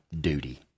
duty